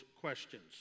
questions